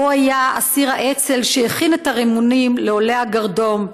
הוא היה אסיר האצ"ל שהכין את הרימונים לעולי הגרדום,